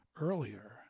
earlier